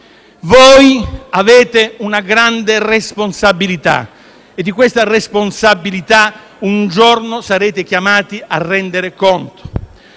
Voi avete una grande responsabilità e di questa responsabilità un giorno sarete chiamati a rendere conto.